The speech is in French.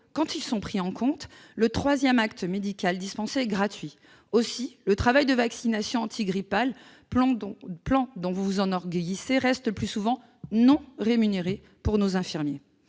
quand ils sont pris en compte, le troisième acte médical dispensé est gratuit. Aussi, le travail de vaccination antigrippale, plan dont vous vous enorgueillissez, reste le plus souvent non rémunéré pour nos infirmiers.